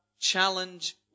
challenge